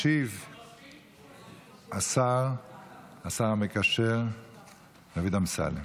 ישיב השר המקשר דוד אמסלם.